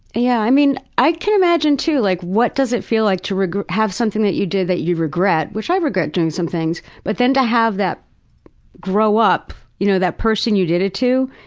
yeah i mean, i can imagine too, like what does it feel like to reg have something that you did that you regret, which i regret doing some things, but then to have that grow up, you know, that person you did it to,